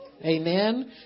amen